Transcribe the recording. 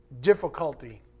difficulty